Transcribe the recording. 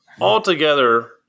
altogether